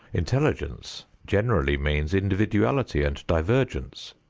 intelligence generally means individuality and divergence.